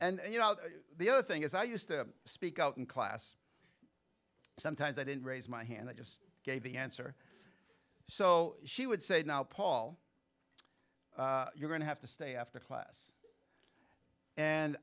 and you know the other thing is i used to speak out in class sometimes i didn't raise my hand i just gave the answer so she would say now paul you're going to have to stay after class and